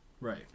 right